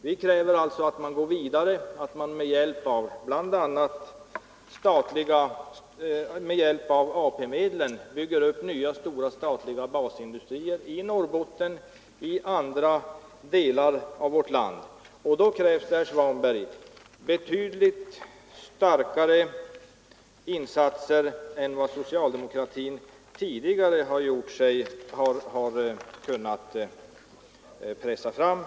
Vi kräver alltså att man går vidare och med hjälp av AP-medel bygger upp nya stora statliga basindustrier i Norrbotten och i andra delar av vårt land. Då krävs det, herr Svanberg, betydligt starkare insatser än vad socialdemokratin hittills har kunnat förmå sig till.